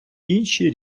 інші